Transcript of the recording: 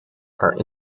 are